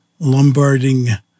lombarding